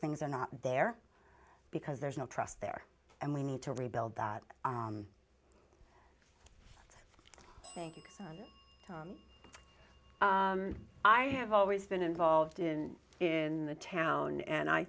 things are not there because there's no trust there and we need to rebuild that i think i have always been involved in in the town and i